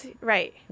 Right